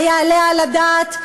היעלה על הדעת?